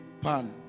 pan